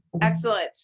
Excellent